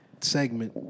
Segment